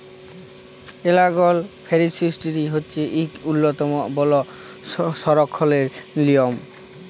এলালগ forestry হছে ইক উল্ল্যতম বল সংরখ্খলের লিয়ম